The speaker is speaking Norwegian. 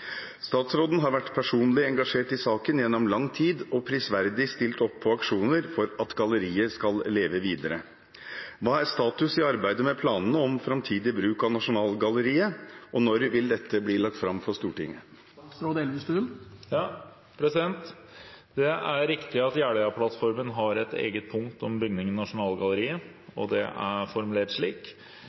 Statsråden har vært personlig engasjert i saken gjennom lang tid og prisverdig stilt opp på aksjoner for at galleriet skal leve videre. Hva er status i arbeidet med planene om framtidig bruk av Nasjonalgalleriet, og når vil dette bli lagt fram for Stortinget?» Det er riktig at Jeløya-plattformen har et eget punkt om bygningen Nasjonalgalleriet. Det er formulert slik,